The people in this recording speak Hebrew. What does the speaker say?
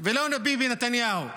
ולא ביבי נתניהו.